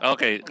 Okay